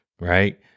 right